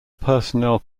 personnel